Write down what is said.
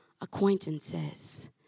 acquaintances